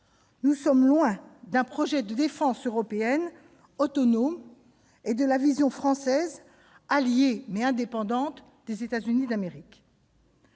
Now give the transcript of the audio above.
Nous sommes loin d'un projet de défense européenne autonome et de la vision traditionnelle de la France, alliée, mais indépendante, des États-Unis d'Amérique.